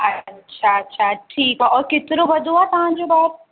अच्छा अच्छा ठीकु आहे और केतिरो वधो आहे तव्हांजो ॿार